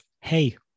Hey